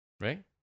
right